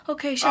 Okay